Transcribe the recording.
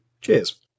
Cheers